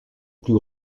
plus